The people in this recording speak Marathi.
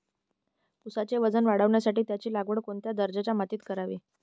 ऊसाचे वजन वाढवण्यासाठी त्याची लागवड कोणत्या दर्जाच्या मातीत करावी?